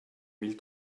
mille